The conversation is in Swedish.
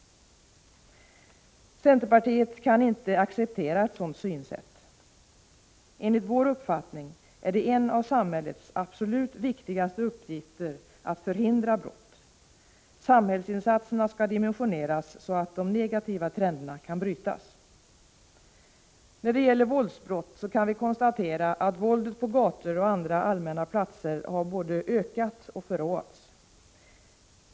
Centerpartiet kan inte acceptera ett sådant synsätt. Enligt vår uppfattning är en av samhällets absolut viktigaste uppgifter att förhindra brott. Samhällsinsatserna skall dimensioneras så att den negativa trenden kan brytas. När det gäller våldsbrott kan vi konstatera att våldet på gator och andra allmänna platser har både ökat och förråats.